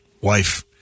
wife